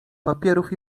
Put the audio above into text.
papierów